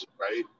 right